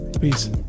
Peace